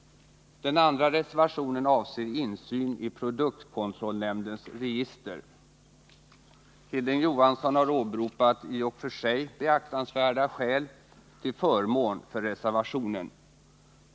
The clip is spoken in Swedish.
Den andra reservationen avser insyn i produktkontrollnämndens register. Hilding Johansson har åberopat i och för sig beaktansvärda skäl till förmån för reservationen.